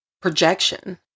projection